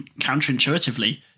counterintuitively